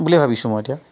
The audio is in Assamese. বুলিয়ে ভাবিছোঁ মই এতিয়া